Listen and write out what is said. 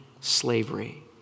slavery